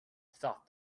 thought